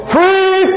Free